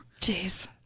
Jeez